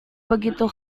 begitu